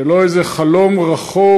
זה לא איזה חלום רחוק,